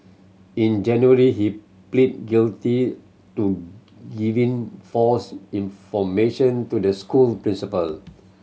in January he pleaded guilty to giving false information to the school principal